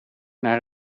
naar